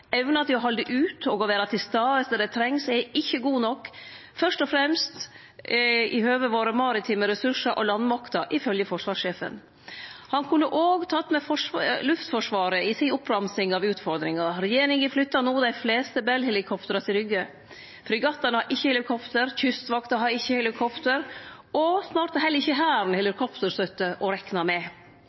Evna til å halde ut og å vere til stades der det trengst, er ikkje god nok. Fyrst og fremst gjeld det dei maritime ressursane våre og landmakta, ifølgje forsvarssjefen. Han kunne òg ha teke med Luftforsvaret i oppramsinga si av utfordringar. Regjeringa flytter no dei fleste Bell-helikoptera til Rygge. Fregattane har ikkje helikopter, Kystvakta har ikkje helikopter, og snart har heller ikkje Hæren helikopterstøtte å rekne med.